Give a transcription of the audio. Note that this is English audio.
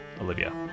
Olivia